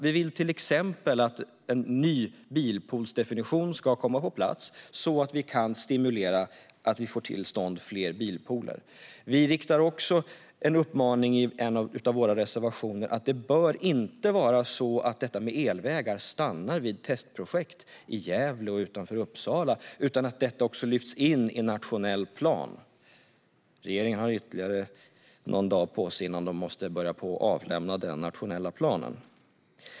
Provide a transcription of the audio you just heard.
Vi vill till exempel att en ny bilpoolsdefinition ska komma på plats så att vi kan stimulera att fler bilpooler kommer till stånd. Vi framför också i en av våra reservationer en uppmaning om att detta med elvägar inte bör stanna vid testprojekt i Gävle och utanför Uppsala utan också lyftas in i den nationella planen. Regeringen har ytterligare någon dag på sig innan man måste avlämna den planen.